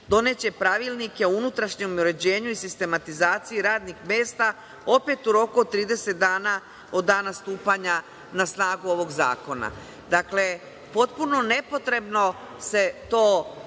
doneće pravilnike o unutrašnjem uređenju i sistematizaciji radnih mesta, opet u roku od 30 dana od dana stupanja na snagu ovog zakona. Dakle, potpuno nepotrebno se to